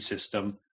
system